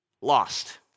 lost